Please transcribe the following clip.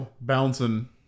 bouncing